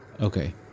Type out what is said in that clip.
Okay